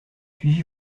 suivi